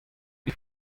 ich